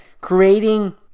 creating